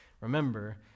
remember